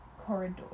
corridor